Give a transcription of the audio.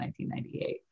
1998